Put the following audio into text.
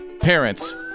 parents